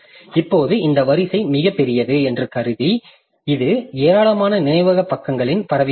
இப்போது இந்த வரிசை மிகப் பெரியது என்று கருதி அது ஏராளமான நினைவக பக்கங்களில் பரவியுள்ளது